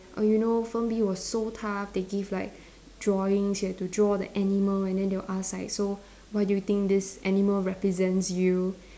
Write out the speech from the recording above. oh you know firm B was so tough they give like drawings you have to draw the animal and then they will ask like so why do you think this animal represents you